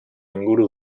inguru